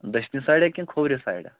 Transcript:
دٔچھنہِ سایڈٕ ہا کِنہٕ کھوورِ سایڈٕ